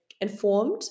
informed